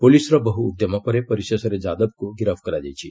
ପୁଲିସ୍ର ବହୁ ଉଦ୍ୟମ ପରେ ପରିଶେଷରେ ଯାଦବ୍କୁ ଗିରଫ କରାଯାଇଛି